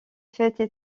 fêtes